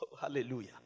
Hallelujah